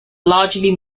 largely